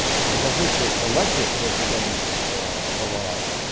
because i think that electorate has changed a lot